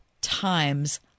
times